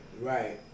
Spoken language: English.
Right